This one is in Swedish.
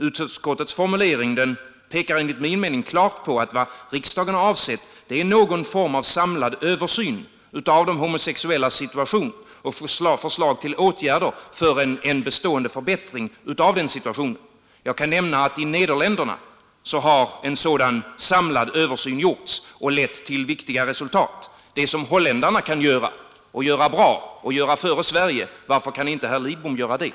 Utskottets formulering pekar enligt min mening klart på att vad riksdagen avsett är någon form av samlad översyn av de homosexuellas situation och förslag till åtgärder för en bestående förbättring av den situationen. Jag kan nämna att i Nederländerna har en sådan samlad översyn gjorts och lett till viktiga resultat. Det som holländarna kan göra och göra bra och göra före Sverige — varför kan inte herr Lidbom göra det?